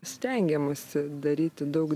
stengiamasi daryti daug